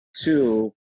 two